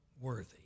worthy